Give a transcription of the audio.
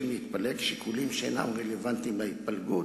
להתפלג שיקולים שאינם רלוונטיים להתפלגות,